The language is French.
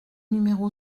numéro